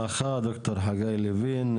תודה רבה לך ד"ר חגי לוין.